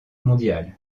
mondiale